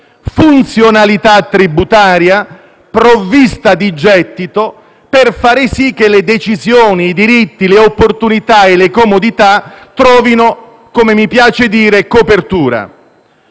funzionalità tributaria e provvista di gettito, per far sì che le decisioni, i diritti, le opportunità e le comodità trovino - come mi piace dire - copertura.